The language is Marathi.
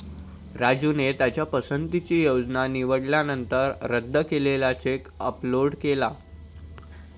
राजूने त्याच्या पसंतीची योजना निवडल्यानंतर रद्द केलेला चेक अपलोड केला